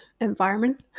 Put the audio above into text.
environment